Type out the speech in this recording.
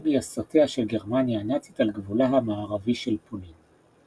גייסותיה של גרמניה הנאצית על גבולה המערבי של פולין.